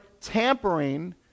tampering